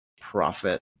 profit